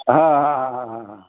हां हां हां हां हां